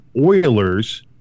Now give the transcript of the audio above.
Oilers